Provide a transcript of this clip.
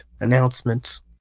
announcements